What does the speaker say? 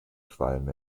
qualm